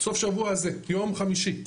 סוף שבוע זה, יום חמישי.